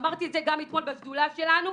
ואמרתי את זה גם אתמול בשדולה שלנו,